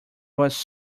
was